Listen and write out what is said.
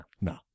No